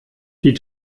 die